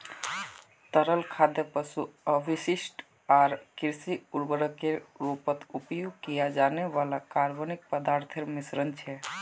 तरल खाद पशु अपशिष्ट आर कृषि उर्वरकेर रूपत उपयोग किया जाने वाला कार्बनिक पदार्थोंर मिश्रण छे